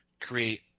create